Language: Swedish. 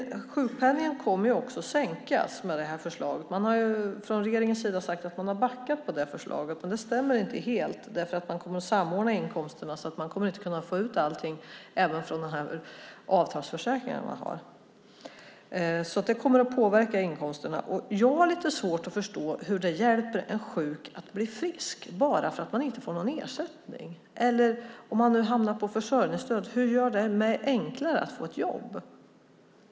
Sjukpenningen kommer också att sänkas med det här förslaget. Regeringen har sagt att man har backat från det förslaget, men det stämmer inte helt därför att man kommer att samordna inkomsterna så att det inte kommer att gå att få ut allting från avtalsförsäkringen. Det kommer att påverka inkomsterna. Jag har lite svårt att förstå hur det hjälper en sjuk att bli frisk om man inte får någon ersättning. Eller hur blir det enklare att få ett jobb om man hamnar på försörjningsstöd?